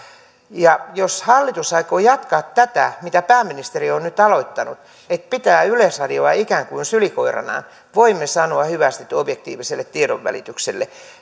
jos hallitus aikoo jatkaa tätä mitä pääministeri on nyt aloittanut että pitää yleisradiota ikään kuin sylikoiranaan niin voimme sanoa hyvästit objektiiviselle tiedonvälitykselle